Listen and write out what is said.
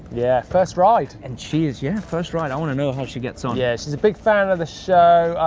yeah, first ride. and she is, yeah, first ride. i wanna know how she gets on. yeah, she's a big fan of the show.